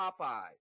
Popeyes